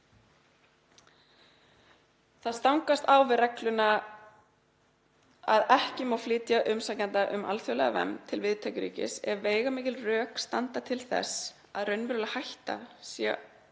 Það stangist á við regluna um að ekki megi flytja umsækjanda um alþjóðlega vernd til viðtökuríkis ef veigamikil rök standi til þess að raunveruleg hætta sé